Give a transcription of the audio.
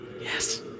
Yes